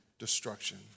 Destruction